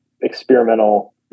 experimental